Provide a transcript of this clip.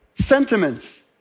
sentiments